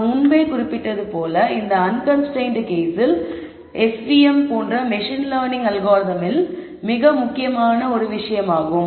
நான் முன்பே குறிப்பிட்டது போல இந்த அன்கன்ஸ்டரைன்ட் கேஸ் SVM போன்ற மெஷின் லேர்னிங் அல்காரிதமில் மிக முக்கியமான ஒரு விஷயமாகும்